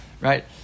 Right